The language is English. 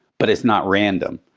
but it's not random.